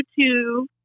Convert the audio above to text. YouTube